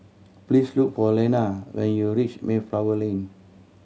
please look for Leanna when you reach Mayflower Lane